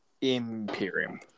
Imperium